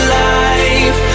life